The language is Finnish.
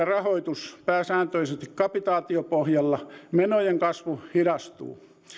rahoitus pääsääntöisesti kapitaatiopohjalla menojen kasvu hidastuu